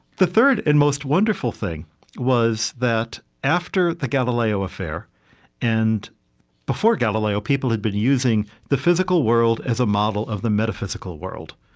the third and most wonderful thing was that after the galileo affair and before galileo people had been using the physical world as a model of the metaphysical world,